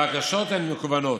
הבקשות הן מקוונות.